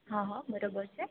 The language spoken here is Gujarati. હાં હાં બરોબર છે